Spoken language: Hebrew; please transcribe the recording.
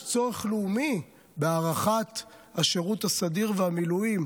יש צורך לאומי בהארכת שירות הסדיר והמילואים.